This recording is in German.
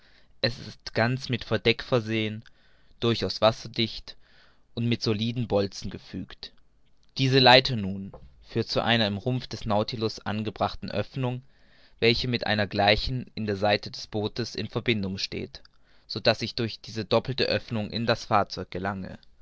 es ist ganz mit verdeck versehen durchaus wasserdicht und mit soliden bolzen gefügt diese leiter nun führt zu einer im rumpf des nautilus angebrachten oeffnung welche mit einer gleichen in der seite des bootes in verbindung steht so daß ich durch diese doppelte oeffnung in das fahrzeug gelange